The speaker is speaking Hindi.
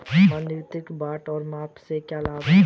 मानकीकृत बाट और माप के क्या लाभ हैं?